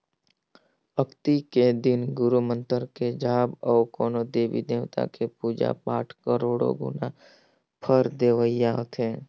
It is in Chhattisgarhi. अक्ती के दिन गुरू मंतर के जाप अउ कोनो देवी देवता के पुजा पाठ करोड़ो गुना फर देवइया होथे